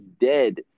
dead